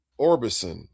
Orbison